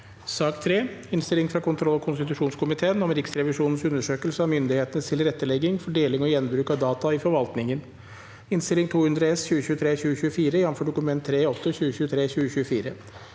Innstilling frå kontroll- og konstitusjonskomiteen om Riksrevisjonens undersøkelse av myndighetenes tilrette- legging for deling og gjenbruk av data i forvaltningen (Innst. 200 S (2023–2024), jf. Dokument 3:8 (2023–